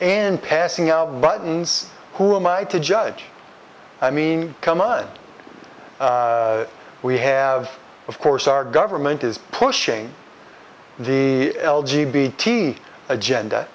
and passing out buttons who am i to judge i mean come on we have of course our government is pushing the l g b t agenda